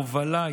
הובלה,